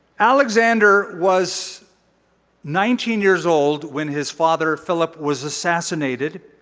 alexander was nineteen years old when his father, philip was assassinated.